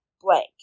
blank